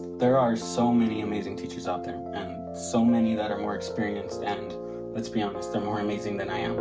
there are so many amazing teachers out there, and so many that are more experienced, and let's be honest, they're more amazing than i am.